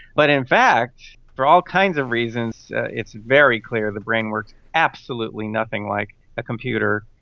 but in fact for all kinds of reasons it's very clear the brain works absolutely nothing like a computer.